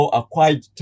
acquired